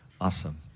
awesome